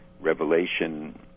revelation